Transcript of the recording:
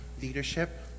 leadership